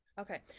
Okay